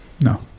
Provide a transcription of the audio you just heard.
No